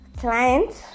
clients